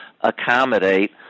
accommodate